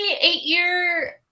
eight-year